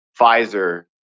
Pfizer